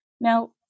Now